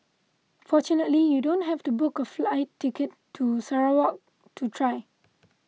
fortunately you don't have to book a flight ticket to Sarawak to try